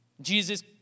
Jesus